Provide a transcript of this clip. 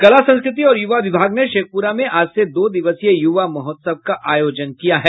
कला संकृति और युवा विभाग ने शेखपुरा में आज से दो दिवसीय युवा महोत्सव का आयोजन किया है